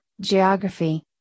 geography